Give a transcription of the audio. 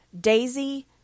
Daisy